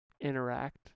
interact